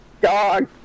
dog